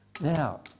Now